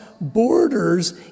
borders